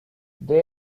they